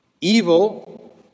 Evil